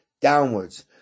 downwards